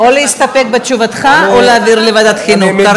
או להסתפק בתשובתך או להעביר לוועדת החינוך.